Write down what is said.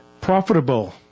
profitable